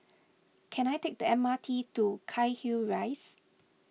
can I take the M R T to Cairnhill Rise